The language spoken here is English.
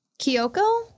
Kyoko